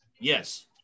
Yes